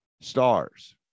stars